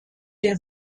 der